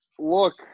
Look